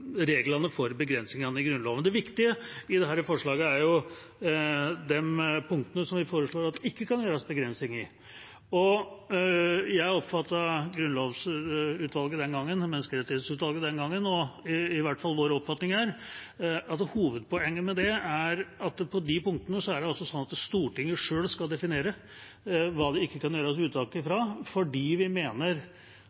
reglene for begrensningene i Grunnloven. Det viktige i dette forslaget er de punktene som vi foreslår at det ikke kan gjøres begrensning i. Jeg oppfattet Grunnlovsutvalget og Menneskerettighetsutvalget den gangen – og det er vår oppfatning – at hovedpoenget med det er at på de punktene er det Stortinget selv som skal definere hva det ikke kan gjøres unntak fra,